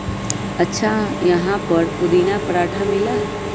अच्छा यहाँ पर पुदीना पराठा मिला हई?